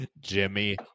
Jimmy